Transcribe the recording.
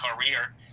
career